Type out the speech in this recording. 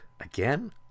again